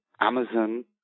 Amazon